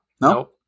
No